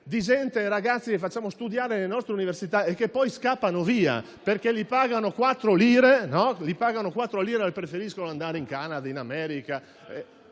di ragazzi che facciamo studiare nelle nostre università e che poi scappano via, perché li pagano quattro lire e preferiscono andare in Canada o in America.